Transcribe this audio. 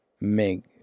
make